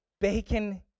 Bacon